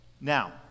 Now